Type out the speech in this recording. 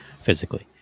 physically